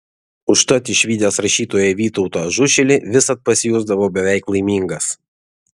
užtat išvydęs rašytoją vytautą ažušilį visad pasijusdavo beveik laimingas